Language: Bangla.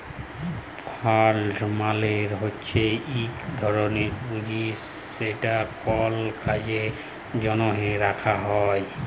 ফাল্ড মালে হছে ইক ধরলের পুঁজি যেট কল কাজের জ্যনহে রাখা হ্যয়